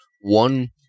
one